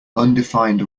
undefined